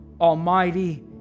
Almighty